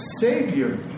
Savior